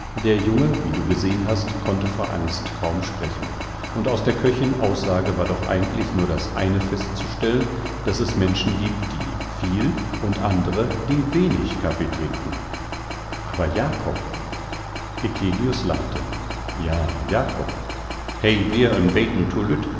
der junge wie du gesehn hast konnte vor angst kaum sprechen und aus der köchin aussage war doch eigentlich nur das eine festzustellen daß es menschen giebt die viel und andre die wenig kaffee trinken aber jakob eccelius lachte ja jakob he